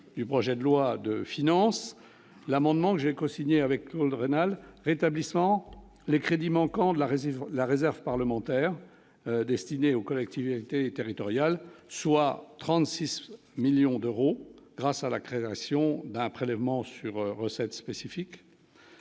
du projet de loi de finances, l'amendement que j'ai cosigné avec Claude rénal rétablissant les crédits manquants de la réserve, la réserve parlementaire destinée aux collectivités territoriales, soit 36 millions d'euros grâce à la création d'un prélèvement sur recettes spécifiques.